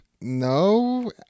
No